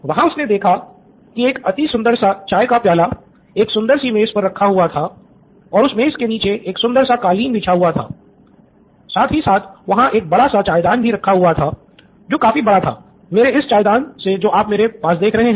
वहाँ उसने देखा की एक अति सुंदर सा चाय का प्याला एक सुंदर सी मेज़ पर रखा हुआ था और उस मेज़ के नीचे एक सुंदर सा कालीन बिछा हुआ था साथ ही साथ वहाँ एक बड़ा सा चाय दान भी रखा हुआ था जोकि काफी बड़ा था मेरे इस चाय दान से जो आप मेरे पास देख रहे हैं